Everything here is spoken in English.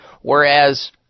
whereas